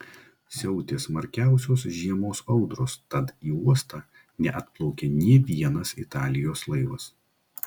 siautė smarkiausios žiemos audros tad į uostą neatplaukė nė vienas italijos laivas